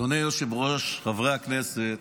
אדוני היושב-ראש, חברי הכנסת,